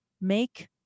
Make